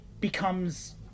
becomes